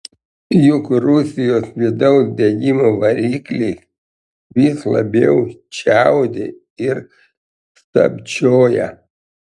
juk rusijos vidaus degimo variklis vis labiau čiaudi ir stabčioja